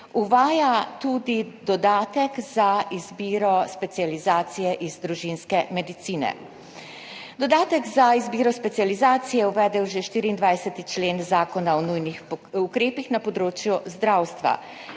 uvaja tudi dodatek za izbiro specializacije iz družinske medicine. Dodatek za izbiro specializacij je uvedel že 24. člen zakona o nujnih ukrepih na področju zdravstva.